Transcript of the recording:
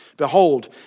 Behold